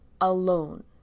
alone